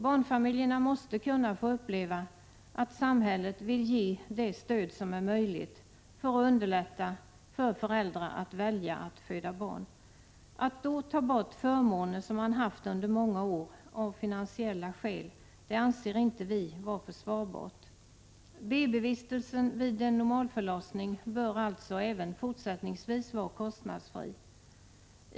Barnfamiljerna måste kunna få uppleva att samhället vill ge det stöd som är möjligt för att underlätta för föräldrar att välja att föda barn. Att av finansiella skäl ta bort förmåner som funnits under många år anser vi inte vara försvarbart. BB-vistelsen vid en normalförlossning bör alltså även fortsättningsvis vara kostnadsfri.